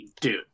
dude